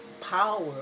power